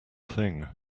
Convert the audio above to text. thing